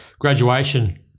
graduation